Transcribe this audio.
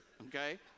okay